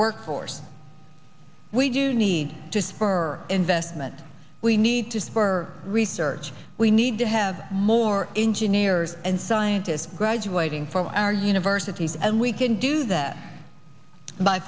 workforce we do need to spur investment we need to spur research we need to have more engineers and scientists graduating from our universities and we can do that by